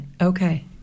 Okay